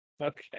Okay